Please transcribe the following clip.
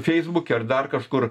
feisbuke ar dar kažkur